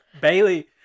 Bailey